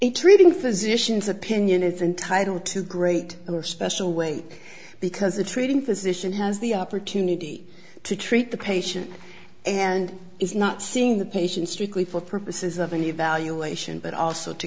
treating physicians opinion is entitled to great or special weight because a treating physician has the opportunity to treat the patient and is not seeing the patient strictly for purposes of an evaluation but also to